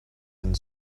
and